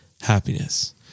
happiness